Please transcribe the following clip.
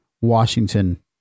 Washington